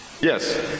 yes